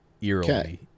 Eerily